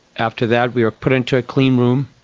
after that we are put into a clean room,